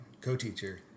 co-teacher